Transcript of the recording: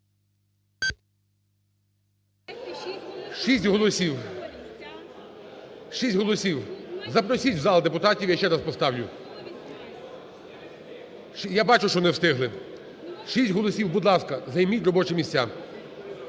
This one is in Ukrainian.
6 голосів. 6 голосів. Запросіть в зал депутатів, я ще раз поставлю. Я бачу, що не встигли. 6 голосів. Будь ласка, займіть робочі місця.